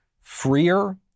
freer